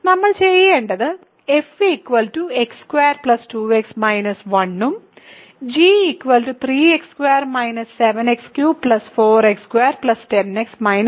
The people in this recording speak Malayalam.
നമ്മൾ ചെയ്യേണ്ടത് f x2 2x 1 ഉം g 3x4 - 7x3 4x2 10x 2